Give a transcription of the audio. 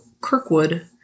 Kirkwood